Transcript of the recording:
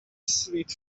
sweet